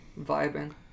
vibing